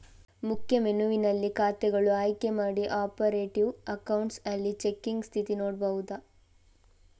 ಮುಖ್ಯ ಮೆನುವಿನಲ್ಲಿ ಖಾತೆಗಳು ಆಯ್ಕೆ ಮಾಡಿ ಆಪರೇಟಿವ್ ಅಕೌಂಟ್ಸ್ ಅಲ್ಲಿ ಚೆಕ್ಕಿನ ಸ್ಥಿತಿ ನೋಡ್ಬಹುದು